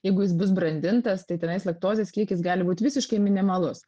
jeigu jis bus brandintas tai tenais laktozės kiekis gali būt visiškai minimalus